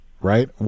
right